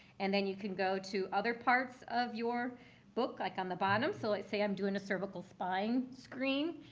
and then you can go to other parts of your book, like on the bottom. so let's say i'm doing a cervical spine screen.